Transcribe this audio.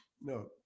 no